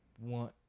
one